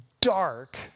dark